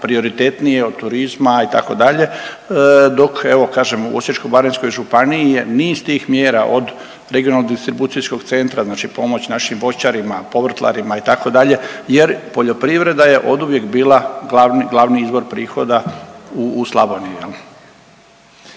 prioritetnije od turizma itd., dok evo kažem u Osječko-baranjskoj županiji je niz tih mjera od regionalnog distribucijskog centra znači pomoć našim voćarima, povrtlarima itd. jer poljoprivreda je oduvijek bila glavni izvor prihoda u Slavoniji.